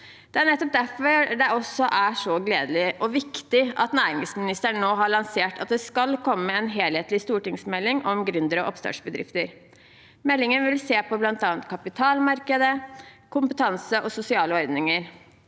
Det er nettopp derfor det også er så gledelig og viktig at næringsministeren nå har lansert at det skal komme en helhetlig stortingsmelding om gründere og oppstartsbedrifter. Meldingen vil bl.a. se på kapitalmarkedet, kompetanse og sosiale ordninger,